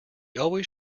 always